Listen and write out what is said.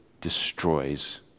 destroys